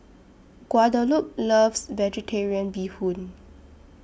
Guadalupe loves Vegetarian Bee Hoon